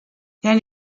then